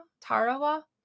Tarawa